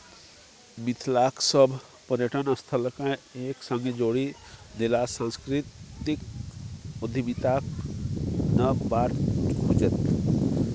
मिथिलाक सभ पर्यटन स्थलकेँ एक संगे जोड़ि देलासँ सांस्कृतिक उद्यमिताक नब बाट खुजत